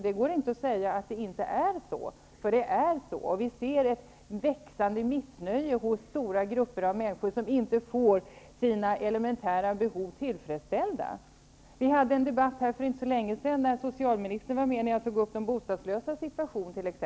Det går inte att säga att det inte är så, för det är så. Vi ser ett växande missnöje hos stora grupper av människor som inte får sina elementära behov tillfredsställda. Vi hade en debatt för inte så länge sedan då socialministern var med och jag tog upp de bostadslösas situation.